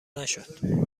نشد